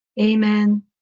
amen